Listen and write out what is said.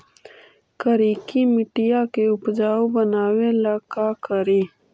करिकी मिट्टियां के उपजाऊ बनावे ला का करी?